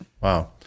Wow